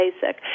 basic